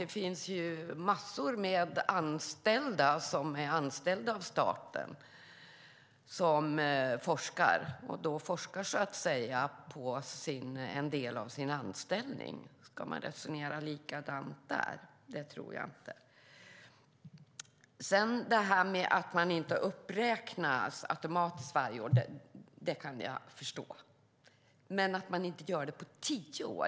Det finns många forskare som är anställda av staten. De forskar som en del av sin anställning. Ska man resonera likadant där? Det tror jag inte. Jag kan förstå att stödet inte räknas upp automatiskt varje år, men det är tio år sedan det gjordes.